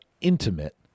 intimate